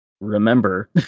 remember